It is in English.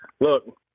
look